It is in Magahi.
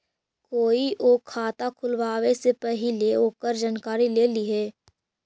कोईओ खाता खुलवावे से पहिले ओकर जानकारी ले लिहें